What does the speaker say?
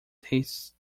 tastes